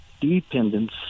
dependence